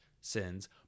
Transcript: sins